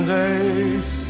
days